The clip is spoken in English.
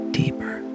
deeper